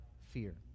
fear